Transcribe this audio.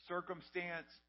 Circumstance